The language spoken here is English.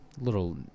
little